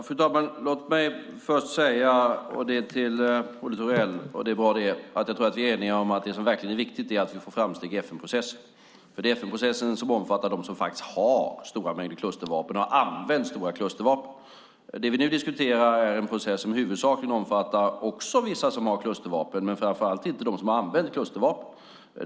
Fru talman! Låt mig först säga till Olle Thorell att jag tror att vi är eniga om att det som verkligen är viktigt är att vi får framsteg i FN-processen. Det är nämligen FN-processen som omfattar dem som faktiskt har stora mängder klustervapen och som har använt stora klustervapen. Det vi nu diskuterar är en process som omfattar vissa som har klustervapen, men huvudsakligen dem som inte har använt klustervapen.